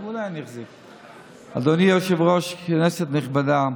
אדוני היושב-ראש, כנסת נכבדה,